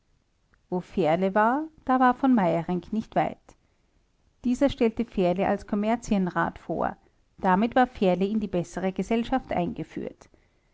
wo fährle war da war v meyerinck nicht weit dieser ser stellte fährle als kommerzienrat vor damit war fährle in die bessere gesellschaft eingeführt